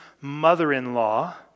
mother-in-law